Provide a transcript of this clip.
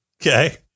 Okay